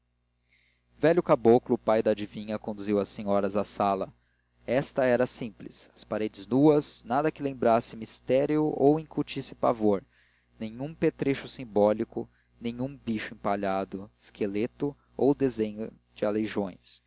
velho caboclo pai da adivinha conduziu as senhoras à sala esta era simples as paredes nuas nada que lembrasse mistério ou incutisse pavor nenhum petrecho simbólico nenhum bicho empalhado esqueleto ou desenho de aleijões